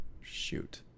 shoot